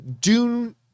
Dune